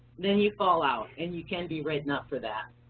then you fall out and you can be written up for that.